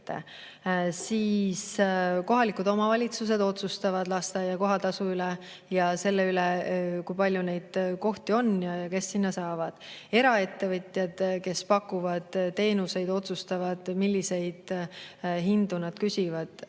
– kohalikud omavalitsused otsustavad lasteaia kohatasu üle ja selle üle, kui palju neid kohti on ja kes sinna saavad. Samamoodi eraettevõtjad, kes pakuvad teenuseid, otsustavad, milliseid hindu nad küsivad.